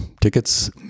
tickets